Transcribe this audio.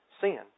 sin